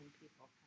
people